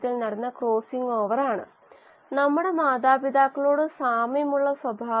rS1YxSAAxmx നമ്മൾ വളരെയധികം ആശയങ്ങൾ കണ്ടു ഈ പ്രത്യേക പ്രഭാഷണം അവസാനിപ്പിക്കുന്നതിനുള്ള നല്ലൊരു സ്ഥലമാണിതെന്ന് ഞാൻ കരുതുന്നു